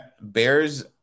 Bears